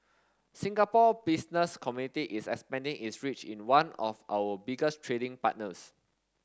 Singapore Business Community is expanding its reach in one of our biggest trading partners